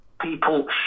people